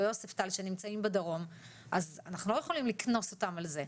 או יוספטל שנמצאים בדרום - אז אנחנו לא יכולים לקנוס אותם על זה.